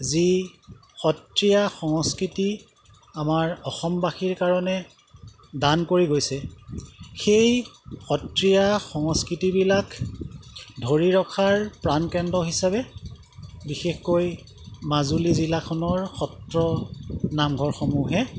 যি সত্ৰীয়া সংস্কৃতি আমাৰ অসমবাসীৰ কাৰণে দান কৰি গৈছে সেই সত্ৰীয়া সংস্কৃতিবিলাক ধৰি ৰখাৰ প্ৰাণকেন্দ্ৰ হিচাপে বিশেষকৈ মাজুলী জিলাখনৰ সত্ৰ নামঘৰসমূহে